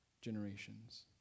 generations